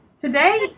Today